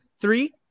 three